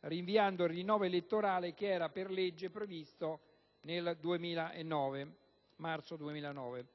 rinviando il rinnovo elettorale, che era per legge previsto nel marzo 2009.